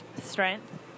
strength